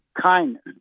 Kindness